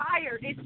tired